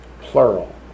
plural